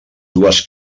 dues